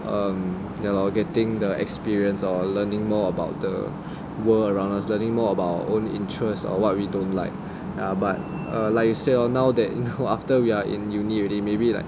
um ya lor getting the experience lor learning more about the world around us learning more about own interest or what we don't like ya but like you say lor that you know after we are in uni already maybe like